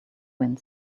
wind